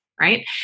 right